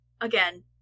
Again